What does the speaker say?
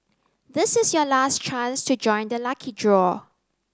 this is your last chance to join the lucky draw